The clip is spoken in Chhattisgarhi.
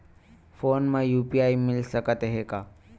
फोन मा यू.पी.आई मिल सकत हे का?